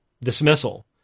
dismissal